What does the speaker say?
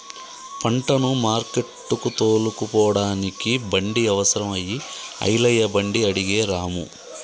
పంటను మార్కెట్టుకు తోలుకుపోడానికి బండి అవసరం అయి ఐలయ్య బండి అడిగే రాము